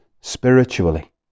spiritually